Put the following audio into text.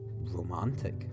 romantic